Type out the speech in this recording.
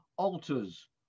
altars